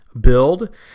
build